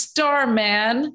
Starman